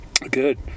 Good